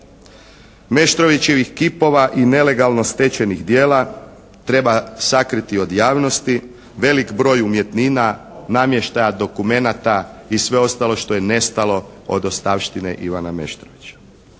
Meštrovićevih kipova i nelegalnog stečenih djela treba sakriti od javnosti, velik broj umjetnina, namještaja, dokumenata i sve ostalo što je nestalo od ostavštine Ivana Meštrovića.